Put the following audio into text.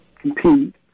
compete